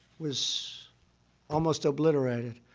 was almost obliterated.